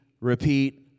repeat